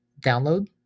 download